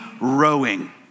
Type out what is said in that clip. rowing